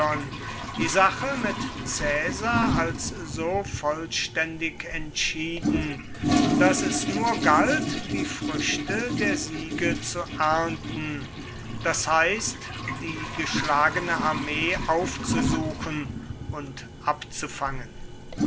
die sache mit caesar als so vollständig entschieden daß es nur galt die früchte der siege zu ernten das heißt die geschlagene armee aufzusuchen und abzufangen